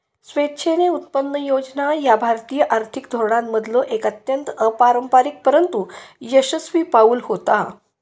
स्वेच्छेने उत्पन्न योजना ह्या भारतीय आर्थिक धोरणांमधलो एक अत्यंत अपारंपरिक परंतु यशस्वी पाऊल होता